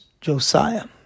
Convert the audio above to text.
Josiah